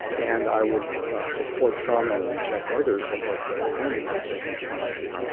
and i would support some and reject others of what the current administration is trying to do.